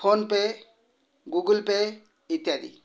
PhonePe Google Pay ଇତ୍ୟାଦି